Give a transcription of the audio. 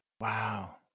Wow